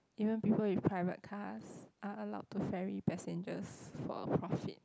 even people with private cars are allowed to ferry passengers for a profit